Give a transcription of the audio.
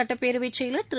சட்டப்பேரவைச் செயலர் திரு